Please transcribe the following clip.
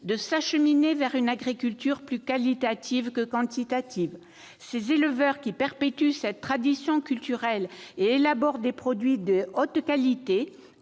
de s'acheminer vers une agriculture plus qualitative que quantitative. Les éleveurs qui perpétuent cette tradition culturelle, élaborent des produits de haute qualité